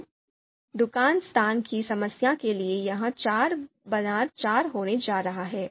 तो दुकान स्थान की समस्या के लिए यह चार बनाम चार होने जा रहा है